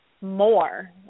more